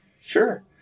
Sure